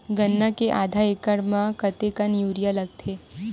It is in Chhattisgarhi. गन्ना के आधा एकड़ म कतेकन यूरिया लगथे?